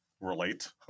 relate